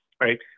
Right